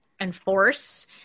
enforce